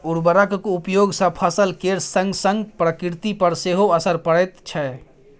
उर्वरकक उपयोग सँ फसल केर संगसंग प्रकृति पर सेहो असर पड़ैत छै